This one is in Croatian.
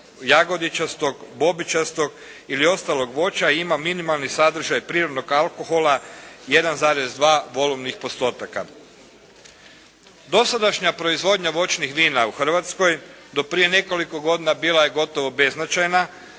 jagodičastog, bobičastog ili ostalog voća, ima minimalni sadržaj prirodnog alkohola 1,2 vol.%. Dosadašnja proizvodnja voćnih vina u Hrvatskoj do prije nekoliko godina bila je gotovo beznačajna,